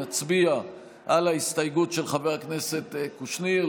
נצביע על ההסתייגות של חבר הכנסת קושניר,